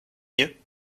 mieux